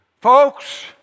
Folks